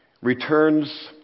returns